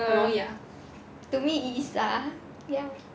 err ya to me it is lah